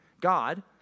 God